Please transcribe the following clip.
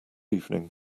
evening